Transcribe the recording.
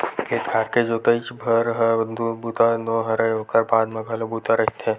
खेत खार के जोतइच भर ह बूता नो हय ओखर बाद म घलो बूता रहिथे